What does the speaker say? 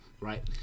right